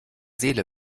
seele